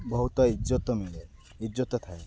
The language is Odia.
ବହୁତ ଇଜ୍ଜତ ମିଳେ ଇଜ୍ଜତ ଥାଏ